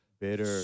Bitter